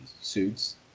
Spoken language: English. suits